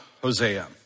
Hosea